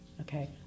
Okay